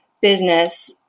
business